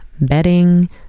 bedding